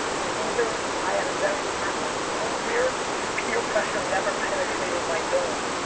the reason i had a very happy school career is peer pressure never penetrated my dome.